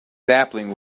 sapling